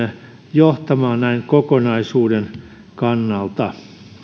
johtamaan näin kokonaisuuden kannalta